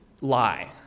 lie